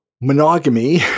Monogamy